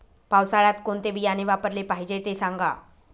पावसाळ्यात कोणते बियाणे वापरले पाहिजे ते सांगा